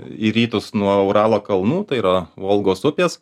į rytus nuo uralo kalnų tai yra volgos upės